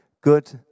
good